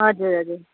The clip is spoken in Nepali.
हजुर हजुर